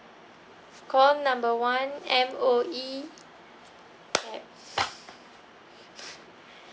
call number one M_O_E clap